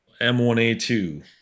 M1A2